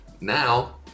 Now